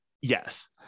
Yes